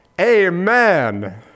Amen